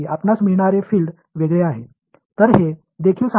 எனவே இந்த நிபந்தனைகளில் கீழ் நீங்கள் பெறும் புலம் தனித்துவமானது